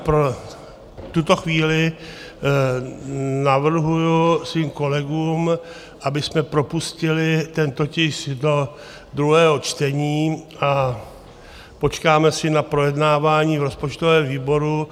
Pro tuto chvíli navrhuji svým kolegům, abychom propustili tento tisk do druhého čtení, a počkáme si na projednávání v rozpočtovém výboru.